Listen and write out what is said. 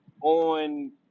on